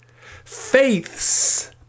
Faiths